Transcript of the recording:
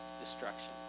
destruction